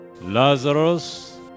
Lazarus